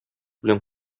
белән